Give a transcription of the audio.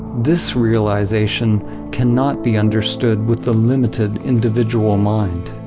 this realization cannot be understood with the limited individual mind.